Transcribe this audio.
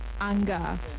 Anger